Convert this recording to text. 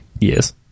Yes